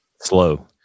Slow